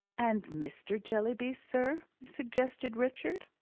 and mr. jellyby, sir? suggested richard.